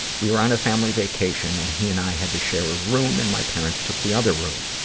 we were on a family vacation, and he and i had to share a room and my parents took the other room.